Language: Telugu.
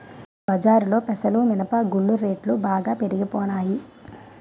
బజారులో పెసలు మినప గుళ్ళు రేట్లు బాగా పెరిగిపోనాయి